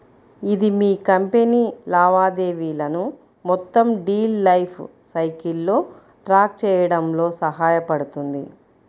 ఇది మీ కంపెనీ లావాదేవీలను మొత్తం డీల్ లైఫ్ సైకిల్లో ట్రాక్ చేయడంలో సహాయపడుతుంది